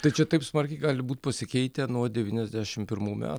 tai čia taip smarkiai gali būt pasikeitę nuo devyniasdešimt pirmų me